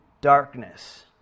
darkness